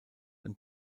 ein